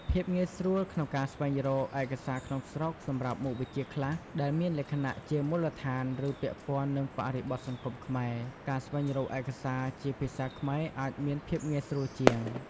ភាពងាយស្រួលក្នុងការស្វែងរកឯកសារក្នុងស្រុក សម្រាប់មុខវិជ្ជាខ្លះដែលមានលក្ខណៈជាមូលដ្ឋាន ឬពាក់ព័ន្ធនឹងបរិបទសង្គមខ្មែរ ការស្វែងរកឯកសារជាភាសាខ្មែរអាចមានភាពងាយស្រួលជាង។